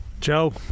Joe